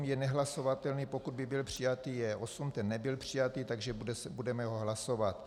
Je nehlasovatelný, pokud by byl přijatý J8, ten nebyl přijatý, takže ho budeme hlasovat.